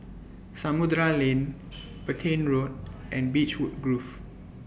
Samudera Lane Petain Road and Beechwood Grove